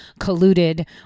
colluded